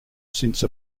since